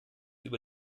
über